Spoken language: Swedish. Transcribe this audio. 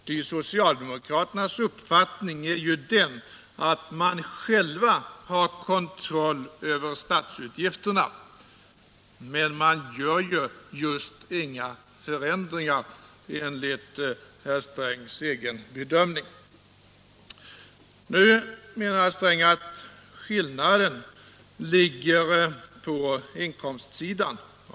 Den socialdemokratiska uppfattningen är nämligen den att man själv har kon troll över statsutgifterna, men man gör just inga förändringar enligt herr Strängs egen bedömning. Nu menar herr Sträng att skillnaden ligger på inkomstsidan.